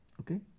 Okay